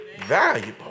valuable